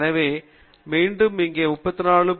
எனவே மீண்டும் இங்கே 34